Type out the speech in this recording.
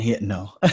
No